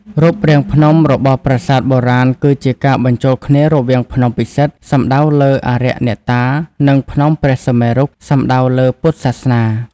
រូបរាងភ្នំ របស់ប្រាសាទបុរាណគឺជាការបញ្ចូលគ្នារវាងភ្នំពិសិដ្ឋ សំដៅលើអារក្សអ្នកតា និងភ្នំព្រះសុមេរុ សំដៅលើពុទ្ធសាសនា។